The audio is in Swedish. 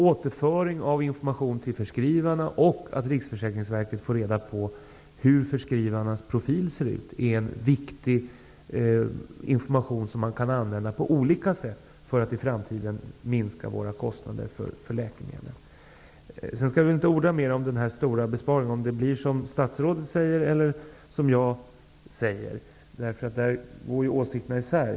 Återföring av information till förskrivarna är viktig, liksom att Riksförsäkringsverket får information om hur förskrivarnas profil ser ut. Den informationen kan man använda på olika sätt för att i framtiden minska våra kostnader för läkemedel. Jag skall inte orda mer om den stora besparingen och om det blir som statsrådet säger eller som jag säger. Där går ju åsikterna isär.